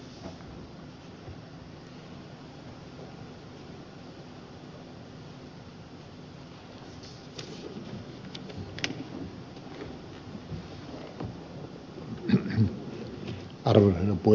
arvoisa herra puhemies